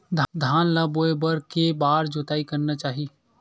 धान ल बोए बर के बार जोताई करना चाही?